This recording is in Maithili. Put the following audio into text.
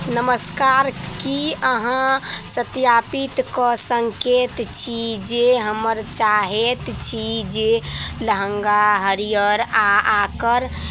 नमस्कार की अहाँ सत्यापित कऽ सकैत छी जे हमर चाहैत छी जे लहङ्गा हरियर आओर आकर